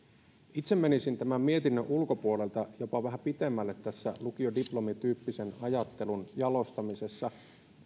itse menisin tämän mietinnön ulkopuolelta jopa vähän pitemmälle tässä lukiodiplomityyppisen ajattelun jalostamisessa